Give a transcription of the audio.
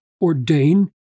ordain